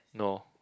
no